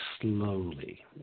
slowly